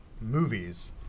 movies